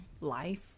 life